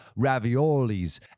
raviolis